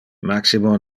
maximo